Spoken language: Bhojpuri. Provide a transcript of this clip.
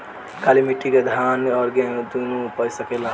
काली माटी मे धान और गेंहू दुनो उपज सकेला?